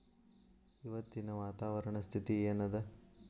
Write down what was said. ಇವತ್ತಿನ ವಾತಾವರಣ ಸ್ಥಿತಿ ಏನ್ ಅದ?